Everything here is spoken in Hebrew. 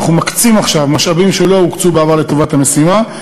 אנחנו מקצים עכשיו משאבים שלא הוקצו בעבר לטובת המשימה,